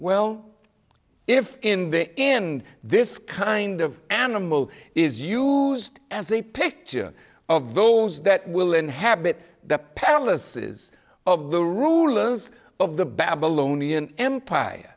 well if in the in this kind of animal is used as a picture of those that will inhabit the palaces of the rulers of the babylonian empire